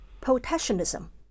Protectionism